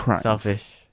selfish